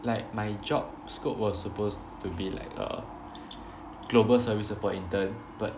like my job scope was supposed to be like a global service support intern but